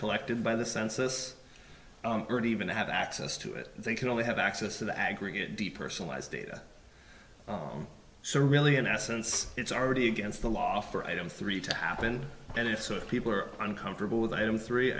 collected by the census even to have access to it they can only have access to the aggregate depersonalize data so really in essence it's already against the law for item three to happen and if so if people are uncomfortable with item three